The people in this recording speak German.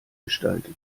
gestaltet